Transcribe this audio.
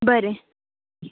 बरें